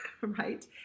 Right